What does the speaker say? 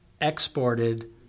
exported